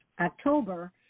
October